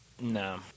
No